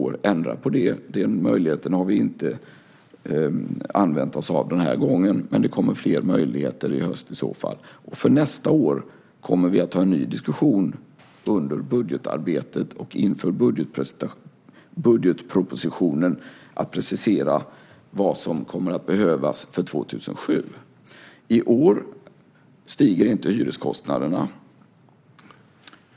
Man kan ändra på det; den möjligheten har vi inte använt oss av den här gången. Men det kommer fler möjligheter i höst om det skulle vara så. För nästa år kommer vi att föra en ny diskussion under budgetarbetet och inför budgetpropositionen. Då kommer vi att precisera vad som kommer att behövas för 2007. I år stiger inte hyreskostnaderna.